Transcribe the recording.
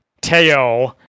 Teo